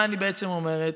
מה אני בעצם אומרת?